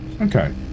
Okay